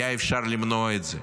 היה אפשר למנוע את זה.